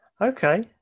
okay